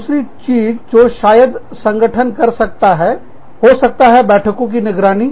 दूसरी चीज जो शायद संगठन जो कर सकते हैं हो सकता है बैठकों की निगरानी